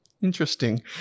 interesting